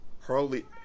Harley